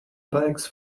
bags